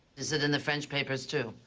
is it in the french papers, too?